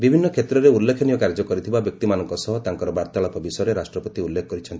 ବିଭିନ୍ନ କ୍ଷେତ୍ରରେ ଉଲ୍ଲେଖନୀୟ କାର୍ଯ୍ୟ କରିଥିବା ବ୍ୟକ୍ତିମାନଙ୍କ ସହ ତାଙ୍କର ବାର୍ତ୍ତାଳାପ ବିଷୟରେ ରାଷ୍ଟ୍ରପତି ଉଲ୍ଲେଖ କରିଛନ୍ତି